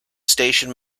station